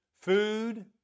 Food